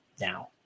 now